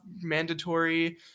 mandatory